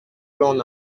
l’on